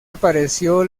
apareció